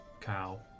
cow